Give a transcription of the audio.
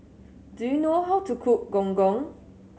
do you know how to cook Gong Gong